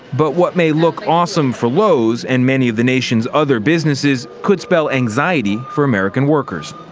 but what may look awesome for lowe's, and many of the nation's other businesses could spell anxiety for american workers.